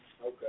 Okay